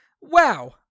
Wow